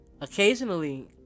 Occasionally